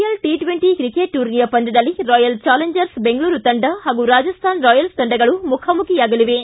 L T twenty cricket ಟೂರ್ನಿಯ ಪಂದ್ಯದಲ್ಲಿ Royal Challengers Bengaluru ತಂಡ ಹಾಗೂ ರಾಜಸ್ಥಾನ ರಾಯಲ್ಸ್ ತಂಡಗಳು ಮುಖಾಮುಖಿಯಾಗಲಿವೆ